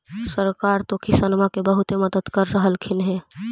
सरकार तो किसानमा के बहुते मदद कर रहल्खिन ह?